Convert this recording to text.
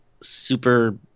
super